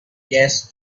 gas